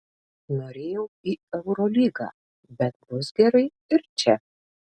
norėjau į eurolygą bet bus gerai ir čia